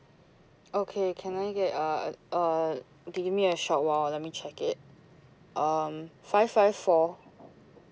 okay can I get uh uh okay give me a short while let me check it um five five four